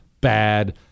bad